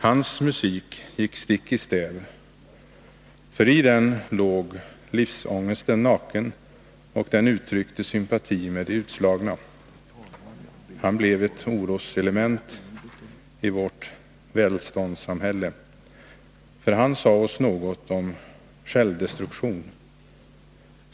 Hans musik gick stick i stäv, för i den låg livsångesten naken och den uttryckte sympati med de utslagna. Han blev ett oroselement i vårt välståndssamhälle, för han sa oss något om självdestruktion.